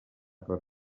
per